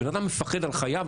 כאשר בן-אדם מפחד על חייו,